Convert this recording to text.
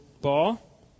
ball